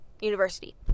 university